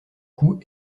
coûts